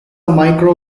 micro